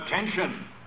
attention